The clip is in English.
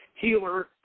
healer